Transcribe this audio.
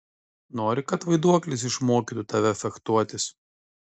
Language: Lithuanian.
nori kad vaiduoklis išmokytų tave fechtuotis